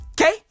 Okay